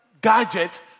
gadget